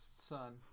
son